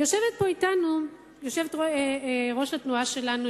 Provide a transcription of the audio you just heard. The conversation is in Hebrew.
יושבת פה אתנו יושבת-ראש התנועה שלנו,